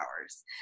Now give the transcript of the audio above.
hours